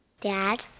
Dad